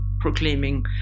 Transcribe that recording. proclaiming